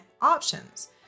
options